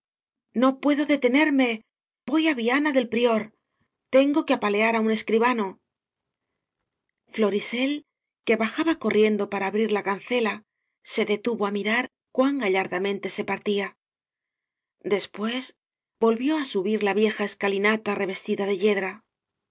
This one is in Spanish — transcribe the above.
no puedo detenerme voy á viana del prior tengo que apalear á un escribano florisel que bajaba corriendo para abrir la cancela se detuvo á mirar cuán gallarda mente se partía después volvió á subir la vieja escalinata revestida de yedra